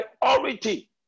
priority